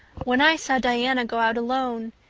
when i saw diana go out alone,